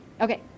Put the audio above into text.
okay